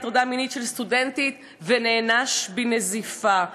הטרדה מינית של סטודנטית ונענש בנזיפה,